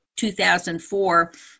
2004